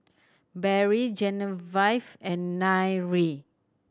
Barrie Genevieve and Nyree